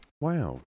Wow